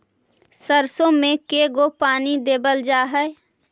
सरसों में के गो पानी देबल जा है?